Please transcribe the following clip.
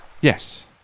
Yes